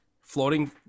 floating